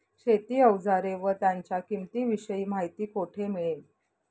शेती औजारे व त्यांच्या किंमतीविषयी माहिती कोठे मिळेल?